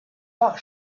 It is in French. pare